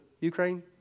Ukraine